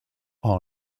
are